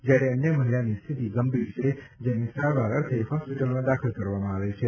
જ્યારે અન્ય મહિલાની સ્થિતિ ગંભીર છે જેને સારવાર અર્થે હોસ્પિટલમાં દાખલ કરવામાં આવેલ છે